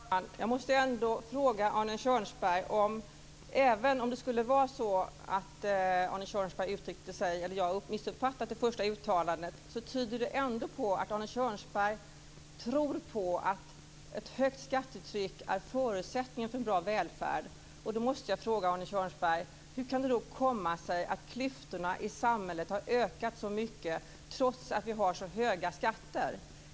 Herr talman! Jag måste ändå ställa en fråga till Arne Kjörnsberg. Även om det skulle vara så att jag missuppfattade det första uttalandet, tyder det ändå på att Arne Kjörnsberg tror på att ett högt skattetryck är förutsättningen för en bra välfärd. Då måste jag fråga Arne Kjörnsberg: Hur kan det komma sig att klyftorna i samhället har ökat så mycket trots att vi har så höga skatter?